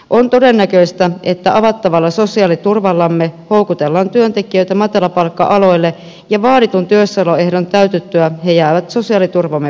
on todennäköistä että avattavalla sosiaaliturvallamme houkutellaan työntekijöitä matalapalkka aloille ja vaaditun työssäoloehdon täytyttyä he jäävät sosiaaliturvamme piiriin